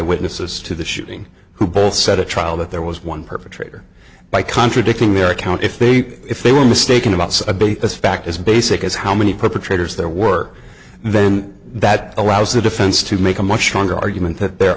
witnesses to the shooting who both said a trial that there was one perpetrator by contradicting their account if they if they were mistaken about so i believe as fact as basic as how many perpetrators their work then that allows the defense to make a much stronger argument that their